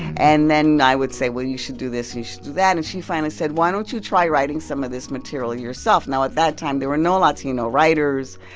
and then i would say, well, you should do this. and you should do that. and she finally said, why don't you try writing some of this material yourself? now, at that time, there were no latino writers,